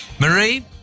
Marie